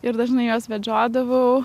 ir dažnai juos vedžiodavau